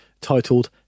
titled